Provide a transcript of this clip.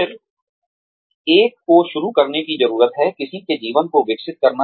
फिर एक को शुरू करने की जरूरत है किसी के जीवन को विकसित करना